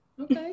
Okay